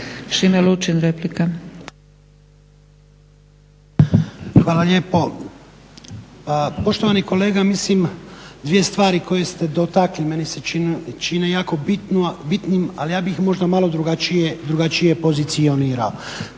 **Lučin, Šime (SDP)** Hvala lijepo. Pa poštovani kolega mislim dvije stvari koje ste dotakli, meni se čine jako bitnim ali ja bih možda malo drugačije pozicionirao.